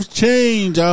change